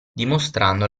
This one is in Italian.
dimostrando